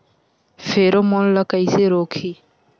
Pheromone ला कइसे रोकही?